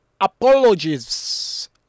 apologies